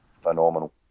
Phenomenal